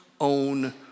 own